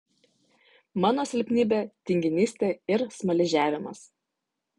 mano silpnybė tinginystė ir smaližiavimas